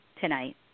tonight